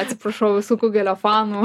atsiprašau visų kugelio fanų